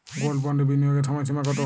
Gold বন্ডে বিনিয়োগের সময়সীমা কতো?